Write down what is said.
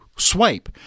Swipe